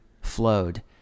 flowed